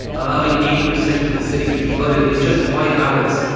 allowing eighty percent of the city to be flooded in just five hours.